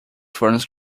ferns